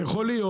ויכול להיות,